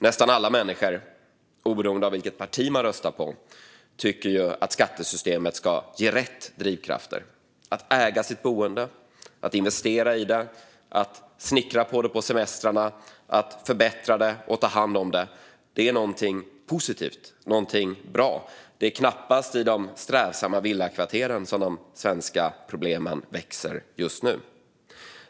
Nästan alla människor, oberoende av vilket parti de röstar på, tycker att skattesystemet ska ge rätt drivkrafter. Att äga sitt boende, att investera i det, att snickra på det på semestern, att förbättra det och att ta hand om det är något positivt och bra. Det är knappast i de strävsamma villakvarteren som de svenska problemen växer just nu.